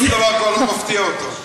שום דבר כבר לא מפתיע אותו.